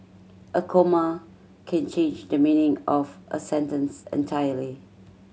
a comma can change the meaning of a sentence entirely